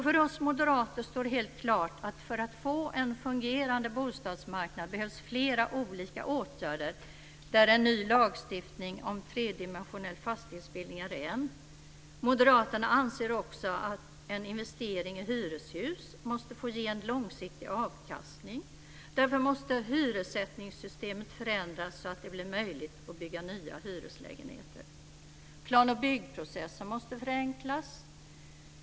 För oss moderater står det helt klart att för att få en fungerande bostadsmarknad behövs flera olika åtgärder där en ny lagstiftning om tredimensionell fastighetsbildning är en. Moderaterna anser också att en investering i hyreshus måste få ge en långsiktig avkastning. Därför måste hyressättningssystemet förändras så att det blir möjligt att bygga nya hyreslägenheter. Plan och byggprocessen måste förenklas.